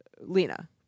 Lena